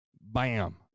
Bam